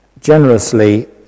generously